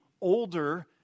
older